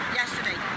yesterday